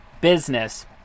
business